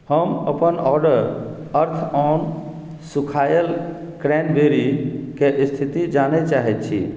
हम अपन ऑर्डर अर्थऑन सूखायल क्रैनबेरीके स्थिति जानै चाहैत छी